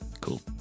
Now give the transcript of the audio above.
Cool